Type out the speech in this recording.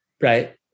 Right